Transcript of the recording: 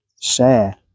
share